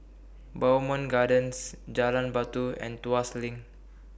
Bowmont Gardens Jalan Batu and Tuas LINK